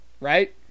Right